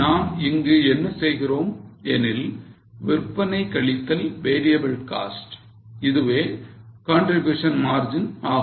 நாம் இங்கு என்ன செய்கிறோம் எனில் விற்பனை கழித்தல் variable cost இதுவே contribution margin ஆகும்